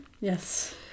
yes